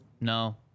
No